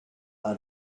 are